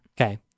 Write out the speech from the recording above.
Okay